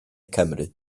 cymru